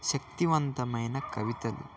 శక్తివంతమైన కవితలు